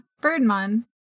birdman